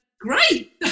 great